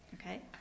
Okay